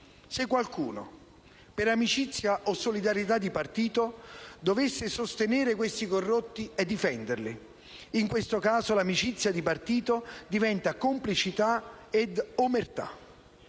se qualcuno, per amicizia o solidarietà di partito, dovesse sostenere questi corrotti e difenderli. In questo caso, l'amicizia di partito diventa complicità ed omertà.